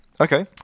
Okay